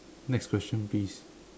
next question please